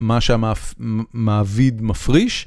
מה שהמעביד מפריש...